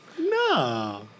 No